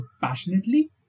passionately